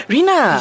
Rina